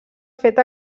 fet